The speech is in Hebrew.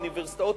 אוניברסיטאות,